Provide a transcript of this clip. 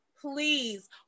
Please